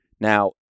Now